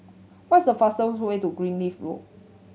what's the fastest way to Greenleaf Road